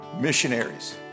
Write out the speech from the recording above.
missionaries